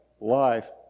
life